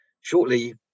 shortly